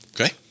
okay